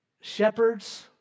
Shepherds